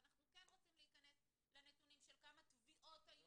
ואנחנו כן רוצים להיכנס לנתונים של כמה תביעות היו.